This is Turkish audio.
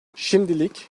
şimdilik